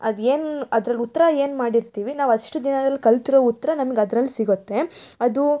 ಅದು ಏನು ಅದ್ರಲ್ಲಿ ಉತ್ತರ ಏನು ಮಾಡಿರ್ತೀವಿ ನಾವು ಅಷ್ಟು ದಿನದಲ್ಲಿ ಕಲಿತಿರೊ ಉತ್ತರ ನಮ್ಗೆ ಅದ್ರಲ್ಲಿ ಸಿಗುತ್ತೆ ಅದು